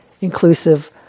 inclusive